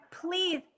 please